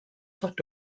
sought